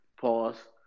pause